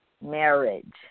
marriage